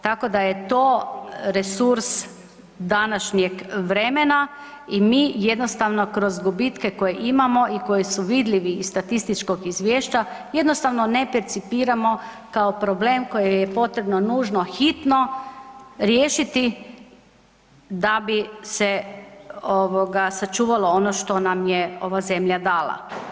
Tako da je to resurs današnjeg vremena i mi jednostavno kroz gubitke koje imamo i koji su vidljivi iz statističkog izvješća jednostavno ne percipiramo kao problem koji je potrebno nužno, hitno riješiti da bi se ovoga sačuvalo ono što nam je ova zemlja dala.